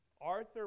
Arthur